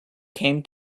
came